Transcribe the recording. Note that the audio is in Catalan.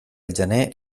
gener